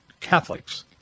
Catholics